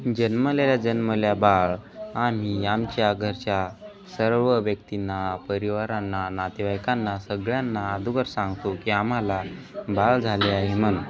जन्मलेल्या जन्मल्या बाळ आम्ही आमच्या घरच्या सर्व व्यक्तींना परिवारांना नातेवाईकांना सगळ्यांना अगोदर सांगतो की आम्हाला बाळ झाले आहे म्हणून